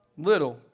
little